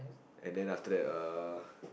and then after that uh